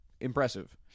impressive